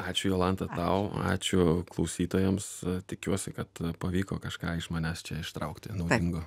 ačiū jolanta tau ačiū klausytojams tikiuosi kad pavyko kažką iš manęs čia ištraukti naudingo